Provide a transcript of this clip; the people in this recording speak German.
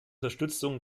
unterstützung